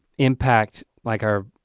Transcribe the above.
impact, like our